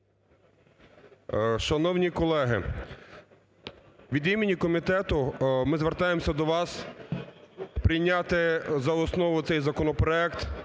Шановні колеги, від імені комітету ми звертаємося до вас прийняти за основу цей законопроект,